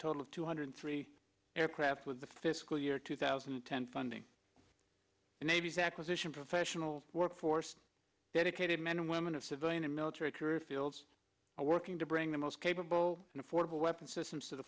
total of two hundred three aircraft with the fiscal year two thousand and ten funding the navy's acquisition professional workforce dedicated men and women of civilian and military career fields working to bring the most capable and affordable weapons systems to the